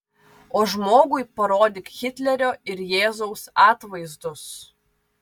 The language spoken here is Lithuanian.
o žmogui parodyk hitlerio ir jėzaus atvaizdus